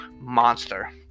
monster